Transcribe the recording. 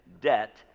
debt